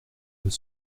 deux